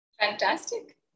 fantastic